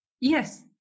yes